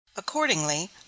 accordingly